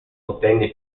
ottenne